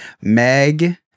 meg